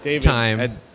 time